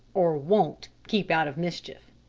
or won't, keep out of mischief.